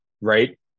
right